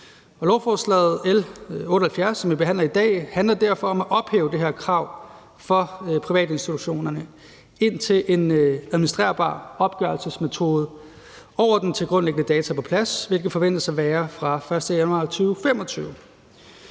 i dag, handler derfor om at ophæve det her krav for privatinstitutionerne, indtil en administrerbar opgørelsesmetode over den tilgrundliggende data er på plads, hvilket forventes at være fra den 1. januar 2025.